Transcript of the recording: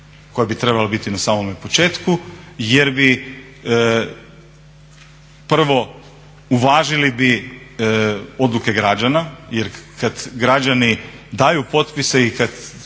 koja bi trebala biti na samome početku jer bi prvo uvažili odluke građana. Jer kad građani daju potpise i kad